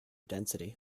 density